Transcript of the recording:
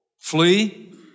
Flee